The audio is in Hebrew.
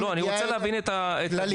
אני רוצה להבין את הדינמיקה.